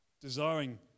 desiring